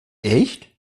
echt